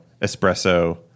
espresso